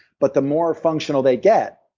but the more functional they get,